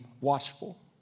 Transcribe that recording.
watchful